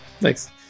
Thanks